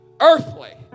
earthly